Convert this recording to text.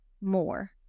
more